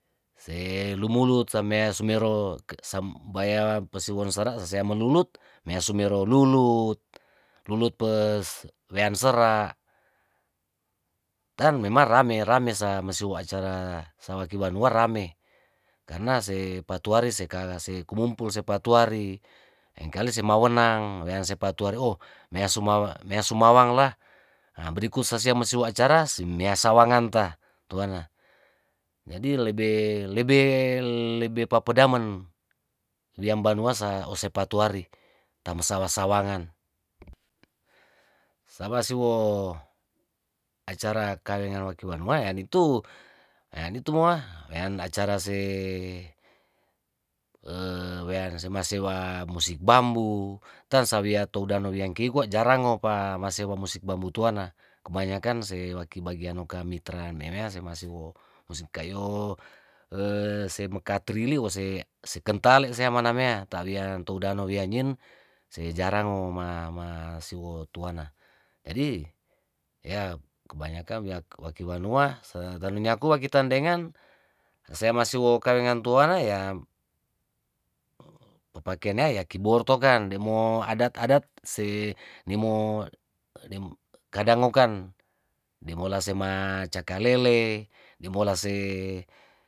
Se lumulut samea sumero sam baya pasuwon sara sasea mululut mea sumero lulut, lulut pes wean sera' tan mema rame- rame sa mesuwo acara sawaki eanua rame karna se patuari seka se kumupul se patuari lengkali se mawenang weanse patuari oh meansumawang lah hah brikut sasea masiwo acara simea sawanganta tuana jadi lebe lebe lebe papedamen, wiambanua sa ose patuari tamasawa sawangan samasiwo acara kawengan waki wanua ya nitu, ya nitu moa wean acara se masewa musik bambu tan sawiato danowiyangkeu kwa jarang ngopa masewa musik bambu tuana kebanyakan se waki bagiano kami tra memewasemasiwo musik kayo se mekatrili wose se kentale semanamea tawianto danau wiyangen se jarango ma ma siwo tuana jadi ya keabanyakan waki wanua senetuyaku wakitandegan semasiwo kawengan tuana yaa papakenya yaa kibor tokan demo adat adat se nimo kadangokan dibola se ma cakalele dibola se.